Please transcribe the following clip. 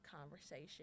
conversation